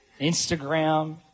Instagram